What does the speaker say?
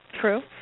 True